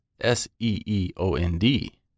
S-E-E-O-N-D